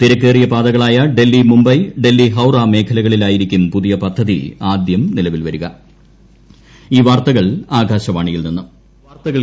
തിരക്കേറിയ പാതകളായ ഡൽഹി മുംബൈ ഡൽഹി ഹൌറ മേഖലകളിലായിലിക്കും പുതിയ പദ്ധതി ആദ്യം നിലവിൽ വരിക